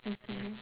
mmhmm